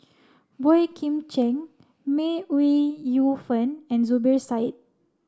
Boey Kim Cheng May Ooi Yu Fen and Zubir Said